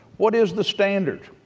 what is the standard?